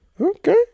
okay